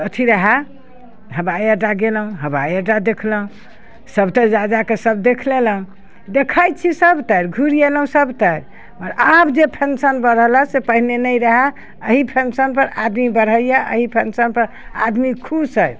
अथी रहै हवाइअड्डा गेलहुँ हवाइअड्डा देखलहुँ सबटा जा जाकऽ सब देखि लेलहुँ देखै छी सबतरि घुरि अएलहुँ सबतरि आओर आब जे फँक्शन भऽ रहल हँ से पहिने नहि रहै एहि फँक्शनपर आदमी बढ़ैए एहि फँक्शनपर आदमी खुश अइ